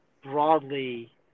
broadly